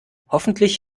hoffentlich